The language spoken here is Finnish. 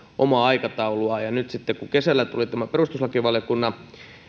omaa aikatauluaan nyt sitten kun kesällä tuli tämä perustuslakivaliokunnan